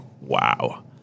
wow